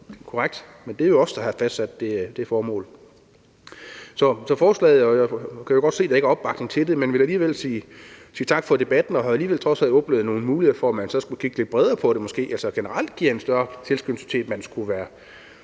det er jo os, der har fastsat det formål. Jeg kan jo godt se, at der ikke er opbakning til forslaget, men jeg vil alligevel sige tak for debatten, som trods alt har åbnet nogle muligheder for, at man så skulle kigge lidt bredere på, at man generelt skal give en større tilskyndelse til, at man skal være